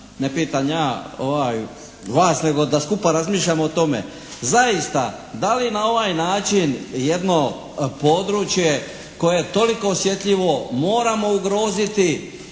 ne pitam ja vas nego da skupa razmišljamo o tome. Zaista da li na ovaj način jedno područje koje je toliko osjetljivo moramo ugroziti